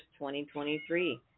2023